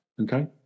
okay